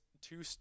two